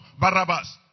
Barabbas